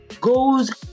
goes